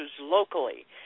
locally